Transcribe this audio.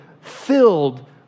filled